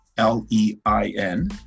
L-E-I-N